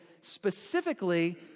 specifically